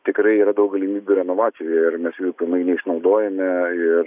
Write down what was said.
tikrai yra daug galimybių renovacijoje ir mes jų pilnai neišnaudojame ir